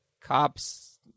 cops